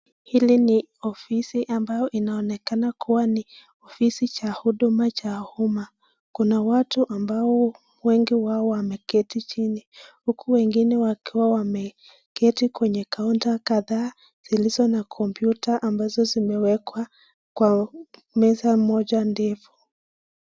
Hili ni ofisi ambayo inaonekana kuwa ni ofisi cha huduma cha umma. Kuna watu ambao wengi wao wameketi chini, huku wengine wakikuwa wameketi kwenye counter kadhaa zilizo na kompyuta ambazo zimewekwa kwa meza moja ndefu.